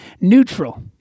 neutral